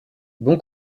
bon